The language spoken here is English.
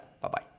bye-bye